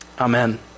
amen